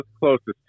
closest